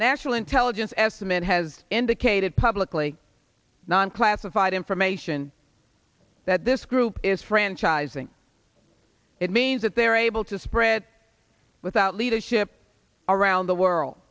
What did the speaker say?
national intelligence estimate has indicated publicly non classified information that this group is franchising it means that they're able to spread without leadership around the world